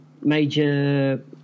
Major